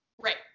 right